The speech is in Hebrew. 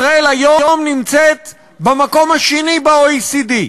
ישראל היום נמצאת במקום השני ב-OECD.